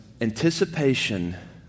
anticipation